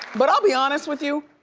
but i'll be honest with you,